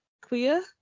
queer